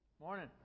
Morning